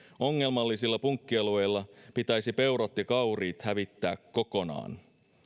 ongelmallisilla punkkialueilla pitäisi peurat ja kauriit hävittää kokonaan